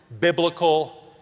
biblical